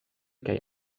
kaj